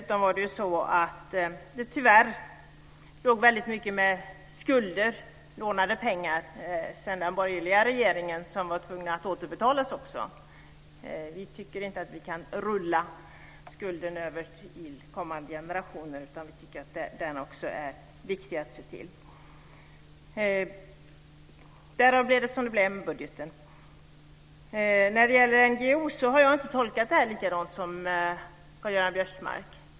Tyvärr låg det dessutom väldigt mycket skulder, lånade pengar, efter den borgerliga regeringen som måste betalas. Vi tycker inte att vi kan rulla över skulderna till kommande generationer, utan vi tycker att det är viktigt att se till dem. Därför blev det som det blev med budgeten. När det gäller NGO:er har jag inte tolkat texten på samma sätt som Karl-Göran Biörsmark.